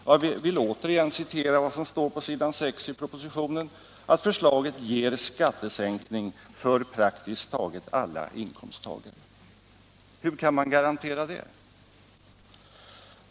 Jag vill återigen citera vad som står på s. 6 i propositionen: ”Förslaget —-—-- ger skattesänkning för praktiskt taget alla inkomsttagare.” Hur kan man garantera det?